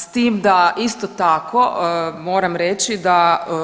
S tim da isto tako moram reći